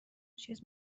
چیز